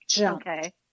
okay